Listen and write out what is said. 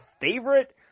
favorite